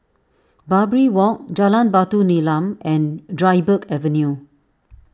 Barbary Walk Jalan Batu Nilam and Dryburgh Avenue